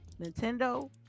nintendo